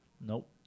Nope